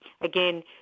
Again